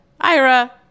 Ira